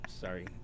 Sorry